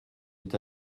est